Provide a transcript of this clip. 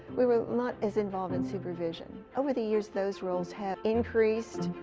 we were not as involved in supervision. over the years, those roles have increased,